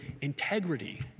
integrity